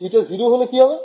θ 0 হলে কি হবে